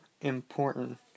important